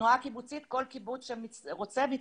התנועה הקיבוצית כל קיבוץ שרוצה, מצטרף.